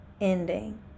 ending